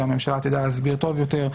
שהממשלה תדע להסביר טוב יותר,